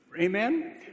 Amen